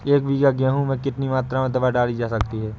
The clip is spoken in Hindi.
एक बीघा गेहूँ में कितनी मात्रा में दवा डाली जा सकती है?